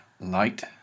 light